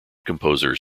composers